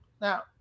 Now